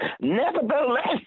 Nevertheless